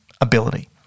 ability